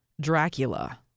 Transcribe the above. Dracula